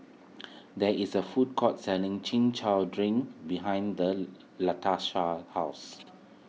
there is a food court selling Chin Chow Drink behind Latasha's house